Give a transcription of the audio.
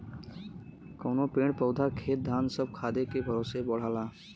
कउनो पेड़ पउधा खेत धान सब खादे के भरोसे बढ़ला